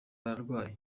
ararwaye